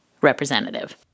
representative